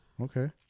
okay